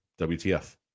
WTF